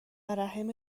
رحم